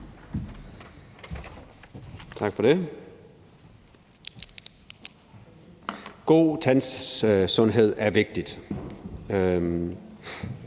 Tak for det. God tandsundhed er vigtigt,